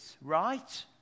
right